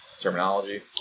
terminology